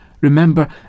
Remember